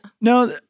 no